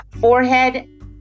forehead